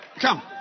Come